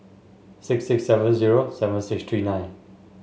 six six seven zero seven six three nine